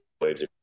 waves